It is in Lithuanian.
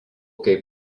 kaip